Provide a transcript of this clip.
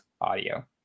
audio